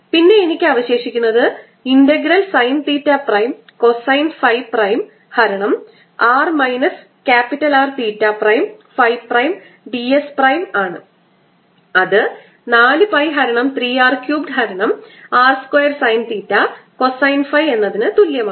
പിന്നെ എനിക്ക് അവശേഷിക്കുന്നത് integral sine theta prime cosine phi prime ഹരണം r minus R theta prime phi prime d s prime ആണ് അത് 4 പൈ ഹരണം 3 R ക്യൂബ്ഡ് ഹരണം r square sine theta cosine phi എന്നതിനു തുല്യമാണ്